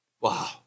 Wow